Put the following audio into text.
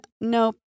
nope